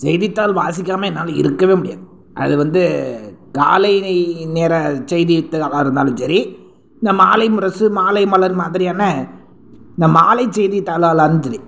செய்தித்தாள் வாசிக்காமல் என்னால் இருக்கவே முடியாது அது வந்து காலை நேர செய்தித்தாளாக இருந்தாலும் சரி இந்த மாலை முரசு மாலை மலர் மாதிரியான இந்த மாலை செய்தித்தாளாக இருந்தாலும் சரி